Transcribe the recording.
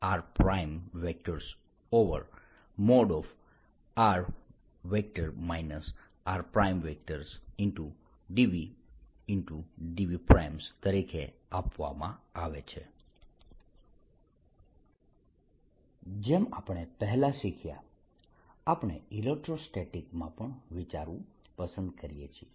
અને પહેલાનાં બે વ્યાખ્યાનમાં આપણે જે જોયું કે આ 12VrrdV અથવા 12 14π0∬r ρr|r r|dVdV તરીકે આપવામાં આવે છે જેમ આપણે પહેલા શીખ્યા આપણે ઇલેક્ટ્રોસ્ટેટિક્સ માં પણ વિચારવું પસંદ કરીએ છીએ